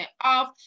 off